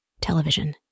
television